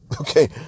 Okay